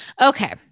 Okay